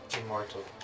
immortal